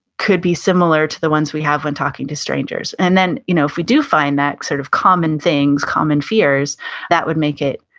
could be similar to the ones we have when talking to strangers. and then you know if we do find that sort of common thing, common fears that would make it,